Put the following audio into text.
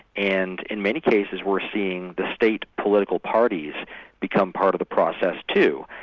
and in many cases we're seeing the state political parties become part of the process too.